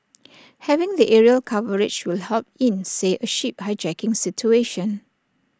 having the aerial coverage will help in say A ship hijacking situation